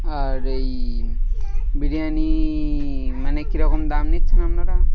আর এই বিরিয়ানি মানে কীরকম দাম নিচ্ছেন আপনারা